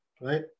right